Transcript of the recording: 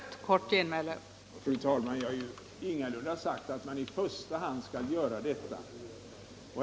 Fru talman! Jag har ingalunda sagt att man i första hand skall göra detta men vi bör inte helt bortse från dem.